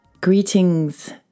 Greetings